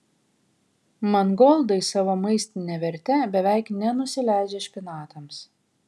mangoldai savo maistine verte beveik nenusileidžia špinatams